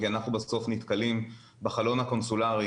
כי אנחנו בסוף נתקלים בחלון הקונסולרי